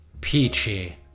Peachy